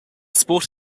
sport